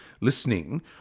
listening